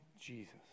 jesus